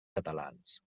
catalans